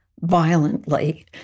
violently